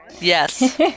Yes